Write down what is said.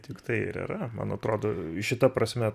tik tai ir yra man atrodo šita prasme